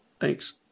Thanks